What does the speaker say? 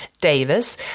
Davis